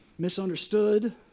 Misunderstood